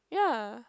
yea